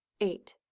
eight